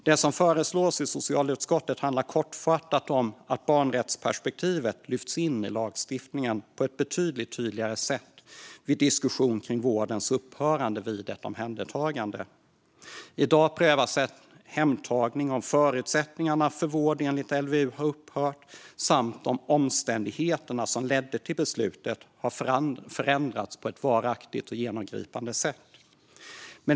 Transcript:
Det som föreslås av socialutskottet handlar kortfattat om att barnrättsperspektivet lyfts in i lagstiftningen på ett betydligt tydligare sätt vid diskussion om vårdens upphörande vid ett omhändertagande. I dag prövas en hemtagning utifrån om förutsättningarna för vård enligt LVU har upphört och om omständigheterna som ledde till beslutet har förändrats på ett varaktigt och genomgripande sätt.